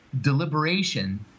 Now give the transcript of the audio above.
deliberation